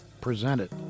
presented